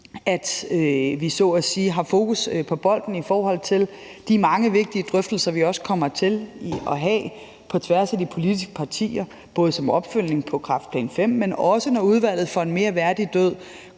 at sige har fokus på bolden i forhold til de mange vigtige drøftelser, vi kommer til at have på tværs af de politiske partier, både som opfølgning på kræftplan V, men også når Udvalget for en mere værdig død